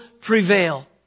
prevail